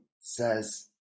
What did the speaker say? says